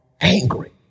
angry